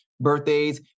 birthdays